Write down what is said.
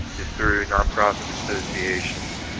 is through nonprofit associations,